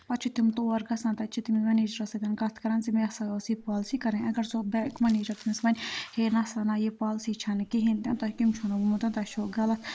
پَتہٕ چھِ تِم تور گژھان تَتہِ چھِ مَنیٚجرَس سۭتۍ کَتھ کَران ژٕ مےٚ ہَسا ٲس یہِ پالسی کَرٕنۍ اگر سُہ بٮ۪نک منیجَر تٔمِس وَنۍ ہے نہ سا نہ یہِ پالسی چھَنہٕ کِہیٖنۍ تہِ نہٕ تۄہہِ کیٚمۍ چھُنن ووٚنمُتَن تۄہہِ چھُو غلط